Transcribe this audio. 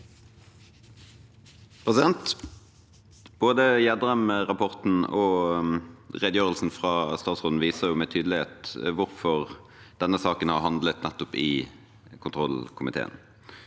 Både Gjedrem-rappor- ten og redegjørelsen fra statsråden viser med tydelighet hvorfor denne saken har havnet i nettopp kontrollkomiteen.